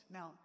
Now